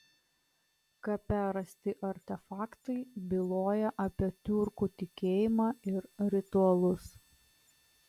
kape rasti artefaktai byloja apie tiurkų tikėjimą ir ritualus